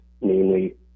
namely